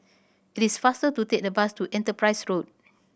it is faster to take the bus to Enterprise Road